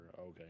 okay